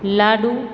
લાડુ